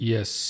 Yes